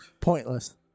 Pointless